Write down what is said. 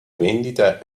vendita